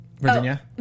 Virginia